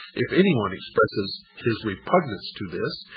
if anyone expresses his repugnance to this,